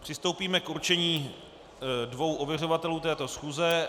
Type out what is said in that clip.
Přistoupíme k určení dvou ověřovatelů této schůze.